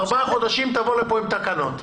ארבעה חודשים, תבוא לכאן עם תקנות.